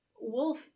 Wolf